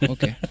Okay